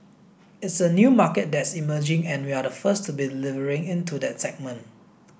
it's a new market that's emerging and we're the first to be delivering into that segment